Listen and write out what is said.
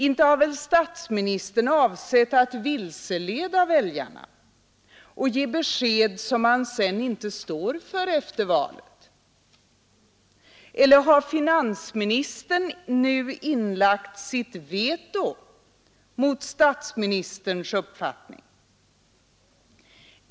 Inte har väl statsministern avsett att vilseleda väljarna och ge besked som han sedan inte står för efter valet? Eller har finansministern nu inlagt sitt veto mot statsministerns uppfattning?